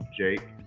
Jake